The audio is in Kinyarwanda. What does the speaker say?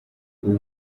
ubu